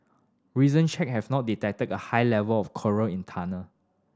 recent check have not detected a high level of chloride in tunnel